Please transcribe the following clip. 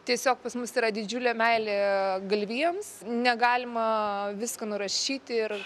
tiesiog pas mus yra didžiulė meilė galvijams negalima visko nurašyti ir